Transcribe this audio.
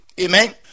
amen